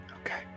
Okay